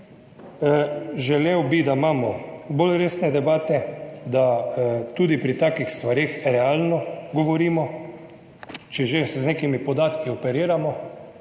Želel bi, da imamo bolj resne debate, da tudi pri takih stvareh realno govorimo, če že operiramo z nekimi podatki, ne kar